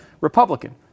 Republican